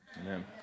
Amen